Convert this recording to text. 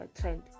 trend